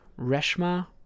Reshma